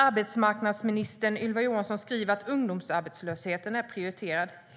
Arbetsmarknadsminister Ylva Johansson säger att ungdomsarbetslösheten är prioriterad.